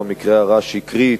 במקרה הרע היא שקרית,